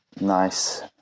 nice